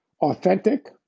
authentic